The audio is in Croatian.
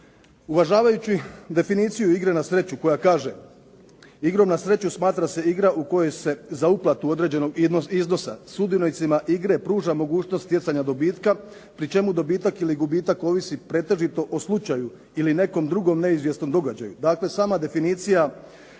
Uvažavajući definiciju igre na sreću koja kaže: igrom na sreću smatra se igra u kojoj se za uplatu određenog iznosa sudionicima igre pruža mogućnost stjecanja dobitka, pri čemu dobitak ili gubitak ovisi pretežito o slučaju ili nekom drugom neizvjesnom događaju. Dakle, sama definicija